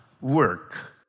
work